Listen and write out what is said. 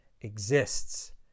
exists